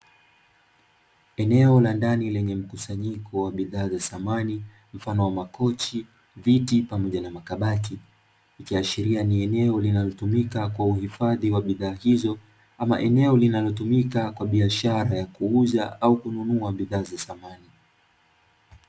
Eneo la ndani lenye mkusanyiko wa bidhaa za samani, mfano wa makochi, viti pamoja na makabati. Ikiashiria ni eneo linalotumika kwa uhifadhi wa bidhaa hizo, ama eneo linalotumika kwa biashara ya kuuza au kununua bidhaa za samani.